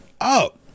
up